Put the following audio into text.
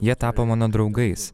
jie tapo mano draugais